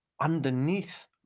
underneath